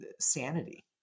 sanity